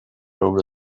over